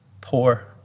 poor